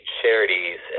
charities